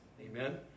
Amen